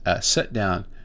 sit-down